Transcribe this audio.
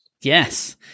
Yes